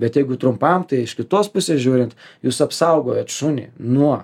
bet jeigu trumpam tai iš kitos pusės žiūrint jūs apsaugojat šunį nuo